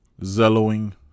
zelloing